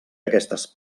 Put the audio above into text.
aquestes